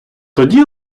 тоді